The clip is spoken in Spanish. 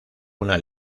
una